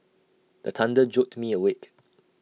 the thunder jolt me awake